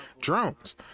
drones